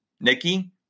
Nikki